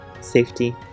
safety